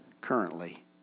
currently